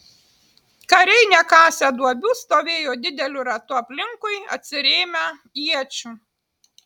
kariai nekasę duobių stovėjo dideliu ratu aplinkui atsirėmę iečių